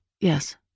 yes